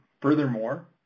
Furthermore